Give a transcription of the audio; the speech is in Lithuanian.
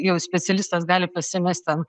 jau specialistas gali pasimest ten